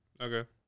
Okay